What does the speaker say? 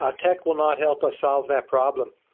ah tech will not help us solve that problem,